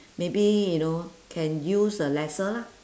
maybe you know can use uh lesser lah